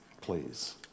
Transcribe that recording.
please